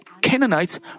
Canaanites